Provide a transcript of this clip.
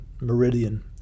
meridian